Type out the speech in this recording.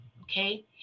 okay